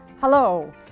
Hello